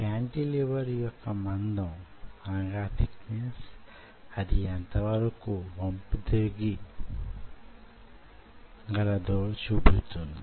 cantilever యొక్క మందం అది యెంత వరకు వంపు తిరుగ గలదో చూపుతుంది